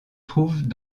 trouvent